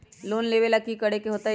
Loan लेवेला की करेके होतई?